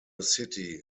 city